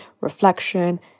reflection